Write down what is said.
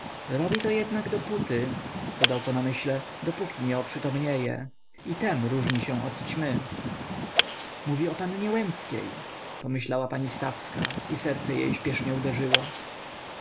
to jednak dopóty dodał po namyśle dopóki nie oprzytomnieje i tem różni się od ćmy mówi o pannie łęckiej pomyślała pani stawska i serce jej śpieszniej uderzyło